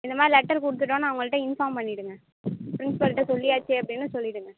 இந்தமாதிரி லெட்டர் கொடுத்துட்டோன்னு அவங்கள்ட்ட இன்ஃபார்ம் பண்ணிடுங்க பிரின்ஸ்பல்கிட்ட சொல்லியாச்சு அப்படின்னு சொல்லிடுங்க